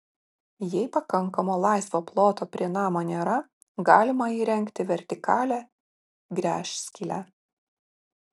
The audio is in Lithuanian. jei pakankamo laisvo ploto prie namo nėra galima įrengti vertikalią gręžskylę